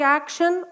action